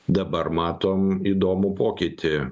dabar matom įdomų pokytį